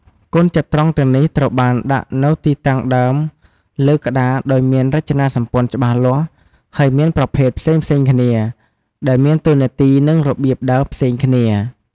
កូនចត្រង្គទាំងនេះត្រូវបានដាក់នៅទីតាំងដើមលើក្ដារដោយមានរចនាសម្ព័ន្ធច្បាស់លាស់ ហើយមានប្រភេទផ្សេងៗគ្នា ដែលមានតួនាទី និងរបៀបដើរផ្សេងគ្នា។